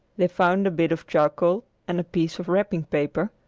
they found a bit of charcoal and a piece of wrapping-paper,